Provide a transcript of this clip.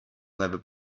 never